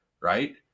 right